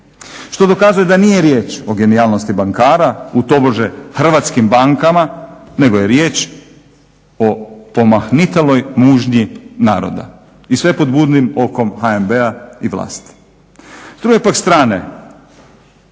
Što dokazuje da nije riječ o genijalnosti bankara, u tobože hrvatskim bankama, nego je riječ o pomahnitaloj mužnji naroda i sve pod budnim okom HNB-a i vlasi.